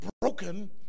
broken